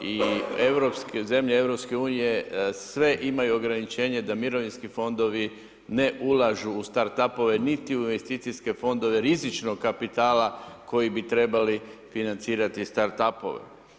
I europske, zemlje EU sve imaju ograničenje da mirovinski fondovi ne ulažu u start up-ove niti u investicijske fondove rizičnog kapitala koji bi trebali financirati start up-ove.